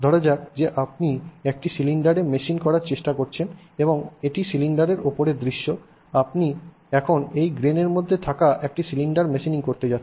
ধরা যাক যে আপনি একটি সিলিন্ডার মেশিন করার চেষ্টা করছেন এবং এটি সিলিন্ডারের ওপরের দৃশ্য আপনি এখন এই গ্রেইনের মধ্যে থাকা একটি সিলিন্ডার মেশিনিং করতে যাচ্ছেন